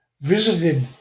visited